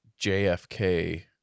JFK